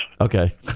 Okay